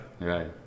right